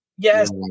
Yes